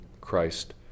Christ